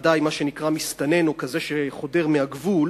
בוודאי מה שנקרא מסתנן או כזה שחודר מהגבול